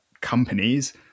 companies